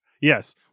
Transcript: yes